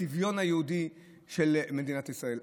בצביון היהודי של מדינת ישראל.